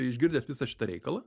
išgirdęs visą šitą reikalą